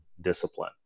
discipline